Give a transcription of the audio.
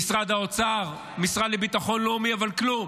משרד האוצר, המשרד לביטחון לאומי, אבל כלום.